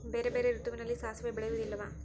ಬೇರೆ ಬೇರೆ ಋತುವಿನಲ್ಲಿ ಸಾಸಿವೆ ಬೆಳೆಯುವುದಿಲ್ಲವಾ?